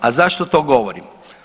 A zašto to govorim?